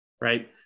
right